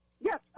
Yes